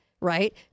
right